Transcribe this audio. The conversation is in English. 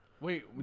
Wait